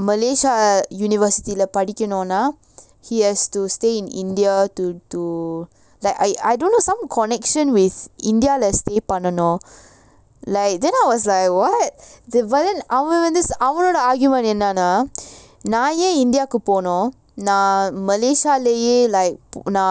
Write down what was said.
malaysia university leh படிக்கனும்னா:padikanumnaa he has to stay in india to to like I I don't know some connection with india leh stay பண்ணனும்:pannanum like then I was like what the but then அவன் வந்து அவனோட:avan vanthu avanoda argument என்னனண்ட நா ஏன்:ennananda naa yaen india கு போவனும் நா:ku povanum naa malaysia லயே:layae like நா